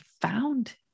found